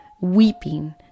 weeping